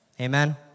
Amen